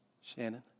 Shannon